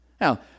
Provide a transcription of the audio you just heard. Now